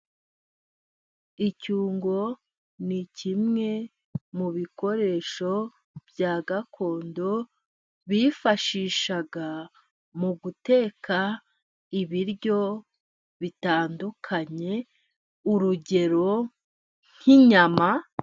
Icyungo ni kimwe mu bikoresho bya gakondo bifashishaga mu guteka ibiryo bitandukanye, urugero nk'inyama.